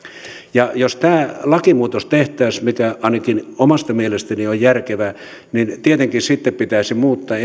ja jos tämä lakimuutos tehtäisiin mikä ainakin omasta mielestäni olisi järkevää niin tietenkin sitten pitäisi muuttaa